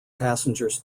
passengers